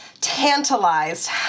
tantalized